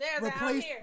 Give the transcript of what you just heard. Replace